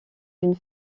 une